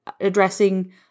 addressing